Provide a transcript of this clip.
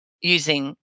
using